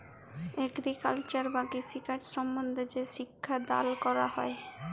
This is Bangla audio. এগ্রিকালচার বা কৃষিকাজ সম্বন্ধে যে শিক্ষা দাল ক্যরা হ্যয়